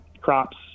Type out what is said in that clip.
crops